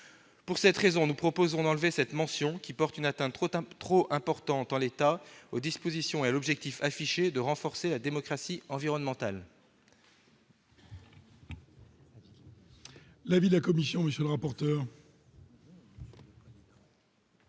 Pour cette raison, nous proposons de supprimer cette mention, qui porte une atteinte trop importante en l'état à l'objectif affiché de renforcer la démocratie environnementale.